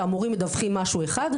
שהמורים מדווחים משהו אחד,